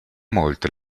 molte